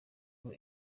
ngo